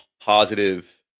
positive